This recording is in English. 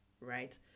right